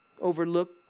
overlook